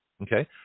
Okay